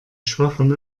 schwachem